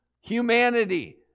humanity